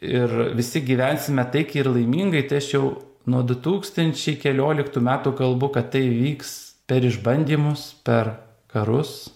ir visi gyvensime taikiai ir laimingai tai aš jau nuo du tūkstančiai kelioliktų metų kalbu kad tai įvyks per išbandymus per karus